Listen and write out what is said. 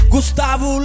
Gustavo